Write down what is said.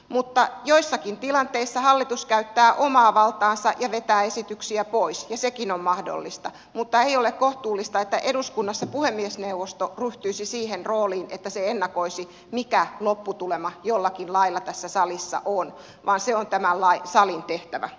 mutta joissakin tilanteissa hallitus käyttää omaa valtaansa ja vetää esityksiä pois ja sekin on mahdollista mutta ei ole kohtuullista että eduskunnassa puhemiesneuvosto ryhtyisi siihen rooliin että se ennakoisi mikä lopputulema jollakin lailla tässä salissa on vaan se on tämän salin tehtävä